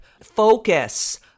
focus